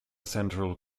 central